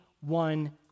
one